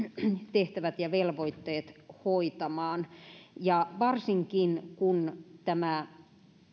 tehtävät ja velvoitteet hoitamaan varsinkin kun tämä